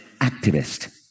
activist